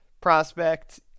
prospect